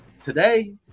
today